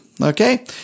Okay